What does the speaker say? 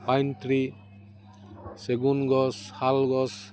pine tree চেগুণ গছ শালগছ